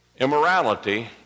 immorality